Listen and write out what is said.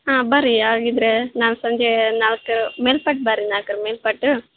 ಹಾಂ ಬನ್ರಿ ಹಾಗಿದ್ರೆ ನಾಳೆ ಸಂಜೆ ನಾಲ್ಕು ಮೇಲ್ಪಟ್ಟು ಬನ್ರಿ ನಾಲ್ಕರ ಮೇಲ್ಪಟ್ಟು